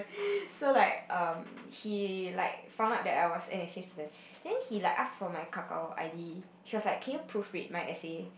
so like um he like found out that I was an exchange student then he like ask for my Kakao I_D he was like can you proof read my essay